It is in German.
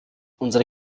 unsere